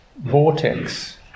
Vortex